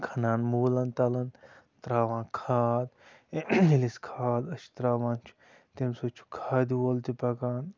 کھنان موٗلَن تَلَن ترٛاوان کھاد ییٚلہ أسۍ کھاد أسۍ چھِ ترٛاوان چھِ تمہِ سۭتۍ چھُ کھادِ وول تہِ پَکان